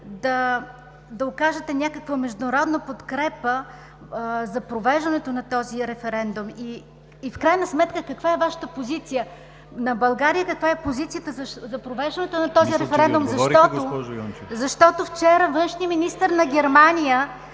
да окажете някаква международна подкрепа за провеждането на този референдум? В крайна сметка каква е Вашата позиция? На България каква е позицията за провеждането на този референдум, защото вчера външният министър на Германия